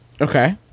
okay